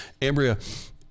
Ambria